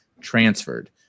transferred